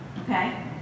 Okay